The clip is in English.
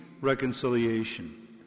reconciliation